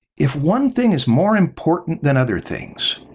if one thing is more important than other things,